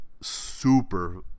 super